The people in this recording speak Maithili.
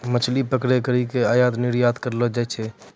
मछली पकड़ी करी के आयात निरयात करलो जाय छै